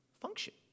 function